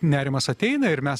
nerimas ateina ir mes